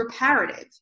reparative